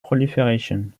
proliferation